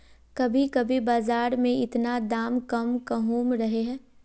कभी कभी बाजार में इतना दाम कम कहुम रहे है?